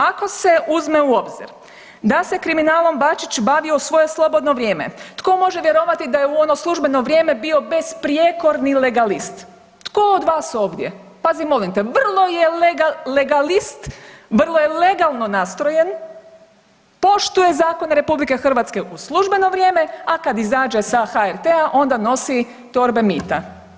Ako se uzme u obzir da se kriminalom Bačić bavio u svoje slobodno vrijeme tko može vjerovati da je u ono službeno vrijeme bio besprijekorni legalist, tko vas ovdje, pazi molim te vrlo je legalist, vrlo je legalno nastrojen, poštuje zakone RH u službeno vrijeme, a kad izađe ih HRT-a onda nosi torbe mita.